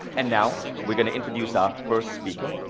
and now, we're gonna introduce our first speaker.